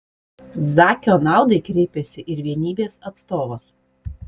zakio naudai kreipėsi ir vienybės atstovas